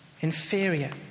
inferior